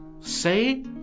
Say